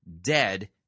dead